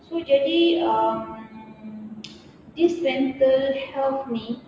so jadi um this mental health ni